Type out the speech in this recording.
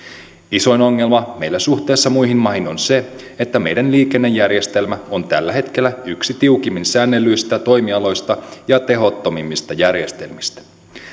isoin ongelma meillä suhteessa muihin maihin on se että meidän liikennejärjestelmä on tällä hetkellä yksi tiukimmin säännellyistä toimialoista ja tehottomimmista järjestelmistä